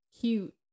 cute